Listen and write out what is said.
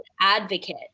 advocate